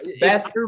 Best